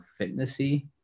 fitnessy